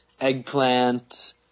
eggplant